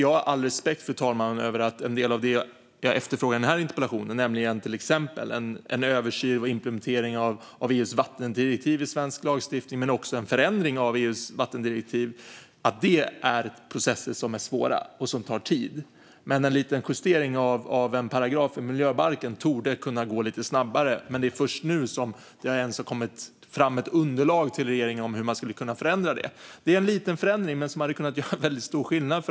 Jag har all respekt, fru talman, för att en del av det jag efterfrågade i den här interpellationen, till exempel en översyn och implementering av EU:s vattendirektiv i svensk lagstiftning men även en förändring av EU:s vattendirektiv, är processer som är svåra och tar tid. Men en liten justering i en paragraf i miljöbalken torde kunna gå lite snabbare. Det är dock först nu som det ens har kommit fram ett underlag till regeringen om hur man skulle kunna förändra det här. Det handlar om en liten förändring, men den hade kunnat göra väldigt stor skillnad.